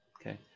Okay